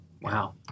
Wow